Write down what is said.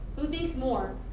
who thinks more?